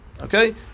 okay